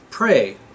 Pray